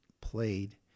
played